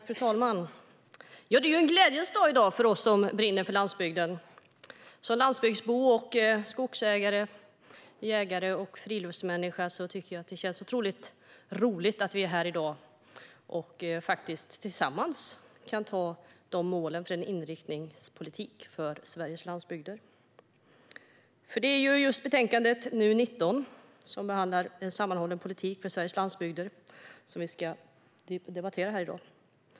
Fru talman! Det är en glädjens dag för oss som brinner för landsbygden. Som landsbygdsbo, skogsägare, jägare och friluftsmänniska tycker jag att det känns otroligt roligt att vi är här i dag och tillsammans kan anta målen för en inriktningspolitik för Sveriges landsbygder. Det är NU19, som behandlar propositionen En sammanhållen politik för Sveriges landsbygder , som vi ska debattera här i dag.